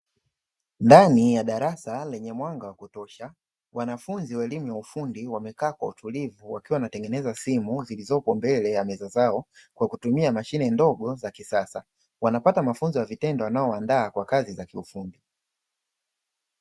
Ndani ya darasa lenye mwanga wa kutosha, wanafunzi wa elimu ya ufundi wamekaa kwa utulivu wakiwa wanatengeneza simu zilizopo mbele ya meza zao kwa kutumia mashine ndogo za kisasa, wanapata mafunzo ya vitendo yanayowaandaa kwa kazi za kiufundi.